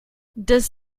does